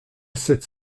sept